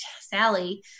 Sally